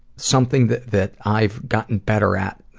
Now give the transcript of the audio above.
something that that i've gotten better at,